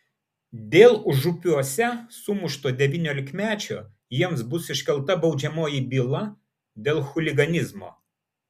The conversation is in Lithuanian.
dėl užupiuose sumušto devyniolikmečio jiems bus iškelta baudžiamoji byla dėl chuliganizmo